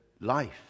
life